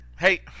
Hey